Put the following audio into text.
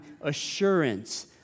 Assurance